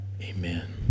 Amen